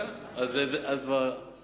אם חבר כנסת כל כך חשוב כמו ידידי,